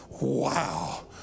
Wow